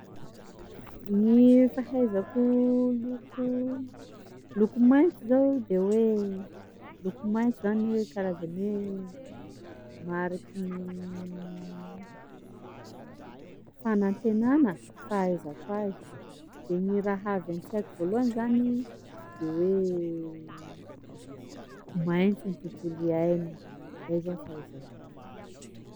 Gny fahaizako loko loko maitso zao de hoe loko maitso zany hoe karazan'ny hoe mariky ny fanantenana fahaizako azy, de gny raha avy an-tsaiko voalohany zany de hoe maitso ny tontolo iaina, zay zao ny fahaizako azy.